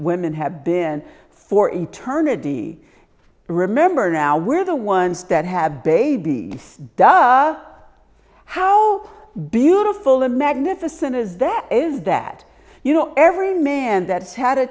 women have been for eternity remember now we're the ones that have baby does how beautiful the magnificent is that is that you know every man that's had a